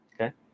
Okay